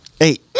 eight